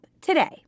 today